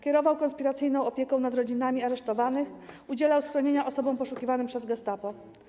Kierował konspiracyjną opieką nad rodzinami aresztowanych, udzielał schronienia osobom poszukiwanym przez gestapo.